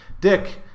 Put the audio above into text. Dick